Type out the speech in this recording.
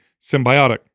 symbiotic